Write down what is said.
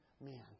man